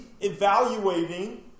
evaluating